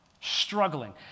struggling